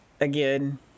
again